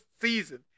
season